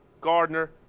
Gardner